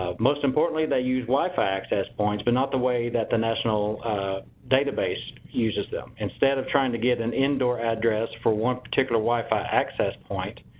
most importantly they use wifi access points, but not the way that the national database uses them instead of trying to get an indoor address for one particular wifi access point.